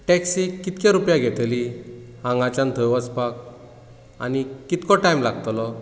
टॅक्सीक कितके रुपया घेतली हांगाच्यान थंय वचपाक आनी कितको टायम लागतलो